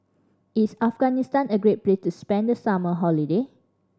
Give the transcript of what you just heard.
is Afghanistan a great place to spend the summer holiday